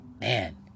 Man